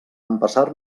empassar